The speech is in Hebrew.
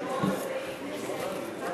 יש לך שלוש דקות.